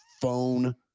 phone